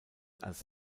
als